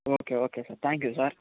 okay okay sir thank you sir